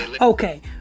Okay